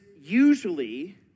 usually